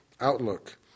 outlook